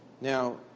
Now